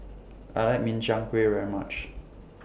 I like Min Chiang Kueh very much